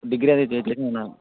degree అనేది